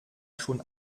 schon